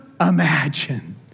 imagine